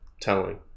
telling